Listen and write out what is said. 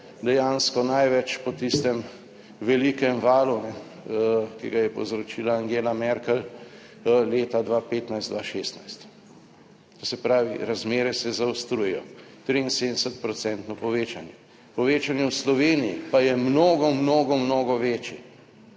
dejansko največ po tistem velikem valu, ki ga je povzročila Angela Merkel, leta 2015, 2016. To se pravi, razmere se zaostrujejo. 73 % povečanje. Povečanje v Sloveniji pa je mnogo, mnogo, mnogo večje.